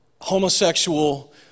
homosexual